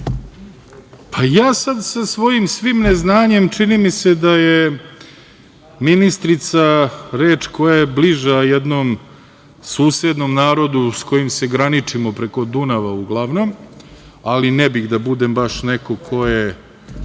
Pa, ja sad sa svojim svim neznanjem, čini mi se, da je „ministrica“ reč koja je bliža jednom susednom narodu s kojim se graničimo preko Dunava uglavnom, ali ne bih da budem baš neko ko je